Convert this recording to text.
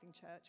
church